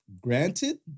granted